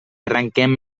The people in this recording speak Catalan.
arrenquem